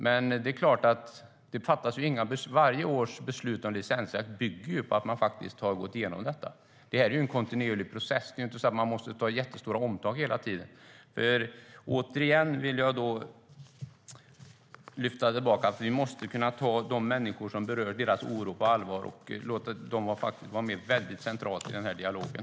Men varje års beslut om licensjakt bygger ju på att man har gått igenom detta. Det är en kontinuerlig process. Man måste inte ta jättestora omtag hela tiden. Återigen vill jag lyfta fram att vi måste ta de människor det berör och deras oro på allvar och låta dem vara med väldigt centralt i dialogen.